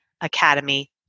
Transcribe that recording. Academy